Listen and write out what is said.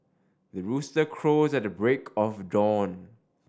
the rooster crows at the break of dawn